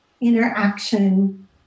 interaction